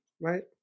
right